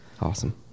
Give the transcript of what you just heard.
Awesome